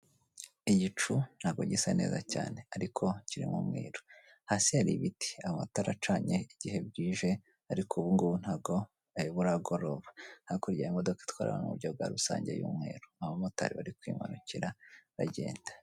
Igicu ntabwo gisa neza cyane ariko kirimo umweru. Hasi hari ibiti, amatara acanye igihe bwije ariko ubu ngubu ntago bwari bura goroba. Hakurya hari imodoka itwara abantu mu buryo bwa rusange y'umweru, abamotari bari kwimanukira bagenda.